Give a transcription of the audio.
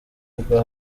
bwa